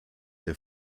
der